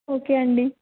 okay అండి